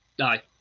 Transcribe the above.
Aye